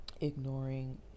ignoring